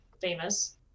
famous